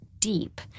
deep